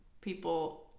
people